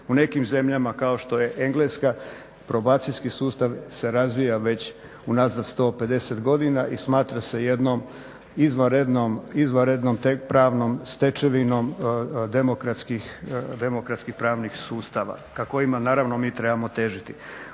U nekim zemljama kao što je Engleska probacijski sustav se razvija već unazad 150 godina i smatra se jednom izvanrednom pravnom stečevinom demokratskih pravnih sustava kojima naravno mi trebamo težiti.